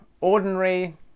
ordinary